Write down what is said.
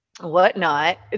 whatnot